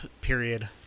Period